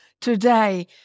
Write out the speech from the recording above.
today